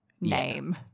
name